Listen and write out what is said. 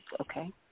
Okay